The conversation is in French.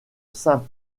saint